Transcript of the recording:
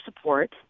support